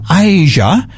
Asia